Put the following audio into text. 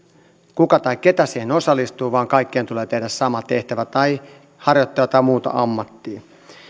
kuka tai keitä siihen osallistuu vaan kaikkien tulee tehdä sama tehtävä tai harjoittaa jotain muuta ammattia